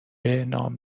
نام